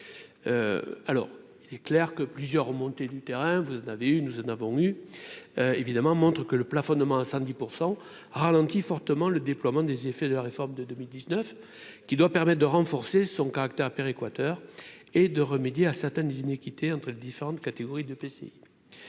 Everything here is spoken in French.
alors il est clair que plusieurs remontées du terrain, vous en avez eu, nous en avons eu évidemment montre que le plafonnement à 10 pour 100 ralentit fortement le déploiement des effets de la réforme de 2019 qui doit permettre de renforcer son caractère Equateur et de remédier à certaines des inéquité entre les différentes catégories de PC,